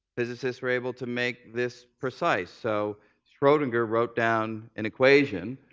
physicists were able to make this precise. so schrodinger wrote down an equation,